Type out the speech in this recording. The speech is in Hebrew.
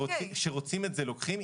כשרוצים את זה, לוקחים.